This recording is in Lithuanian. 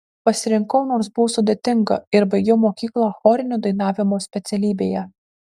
pasirinkau nors buvo sudėtinga ir baigiau mokyklą chorinio dainavimo specialybėje